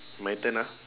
my turn ah